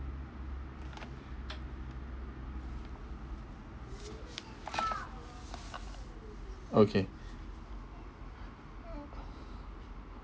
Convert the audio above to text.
okay